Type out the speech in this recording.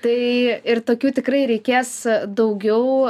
tai ir tokių tikrai reikės daugiau